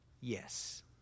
Yes